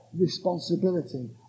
responsibility